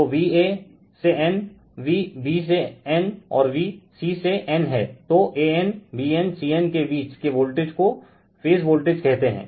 तो V a से nV b से n और V c से n हैं तो an bn cn के बीच के वोल्टेज को फेज वोल्टेज कहते है